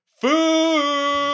food